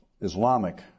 Islamic